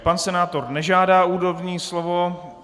Pan senátor nežádá úvodní slovo.